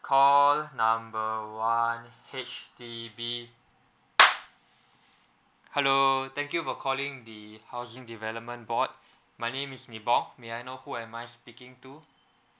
call number one H_D_B hello thank you for calling the housing development board my name is nibong may I know who am I speaking to